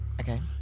Okay